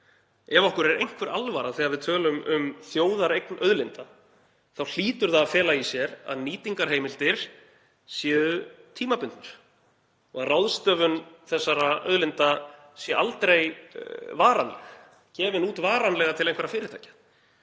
Ef okkur er einhver alvara, þegar við tölum um þjóðareign auðlinda, hlýtur það að fela í sér að nýtingarheimildir séu tímabundnar og ráðstöfun þessara auðlinda sé aldrei varanleg, aldrei gefin út varanlega til einhverra fyrirtækja.